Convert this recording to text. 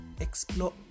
explore